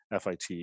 FIT